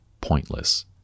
pointless